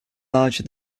larger